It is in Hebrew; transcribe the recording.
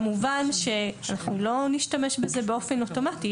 כמובן שאנחנו לא נשתמש בזה באופן אוטומטי.